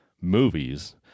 movies